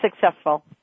successful